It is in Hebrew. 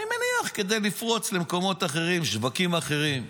אני מניח, כדי לפרוץ למקומות אחרים, שווקים אחרים.